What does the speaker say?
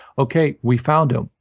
okay. we found him.